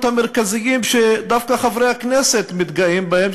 המרכזיים שדווקא חברי הכנסת מתגאים בהם,